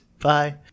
Bye